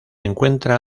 encuentra